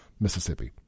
Mississippi